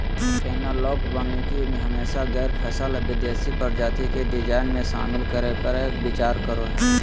analogue वानिकी हमेशा गैर फसल देशी प्रजाति के डिजाइन में, शामिल करै पर विचार करो हइ